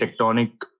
tectonic